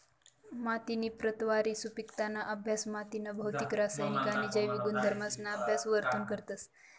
मातीनी प्रतवारी, सुपिकताना अभ्यास मातीना भौतिक, रासायनिक आणि जैविक गुणधर्मसना अभ्यास वरथून करतस